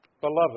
Beloved